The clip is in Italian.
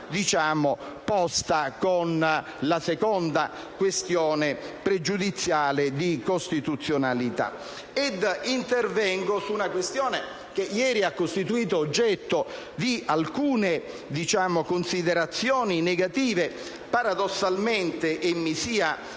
posta con la seconda questione pregiudiziale di costituzionalità. Intervengo invece su una questione che ieri ha costituito oggetto di alcune considerazioni negative paradossalmente - e mi sia